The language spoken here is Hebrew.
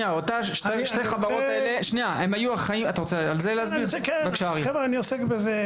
אני עוסק בזה.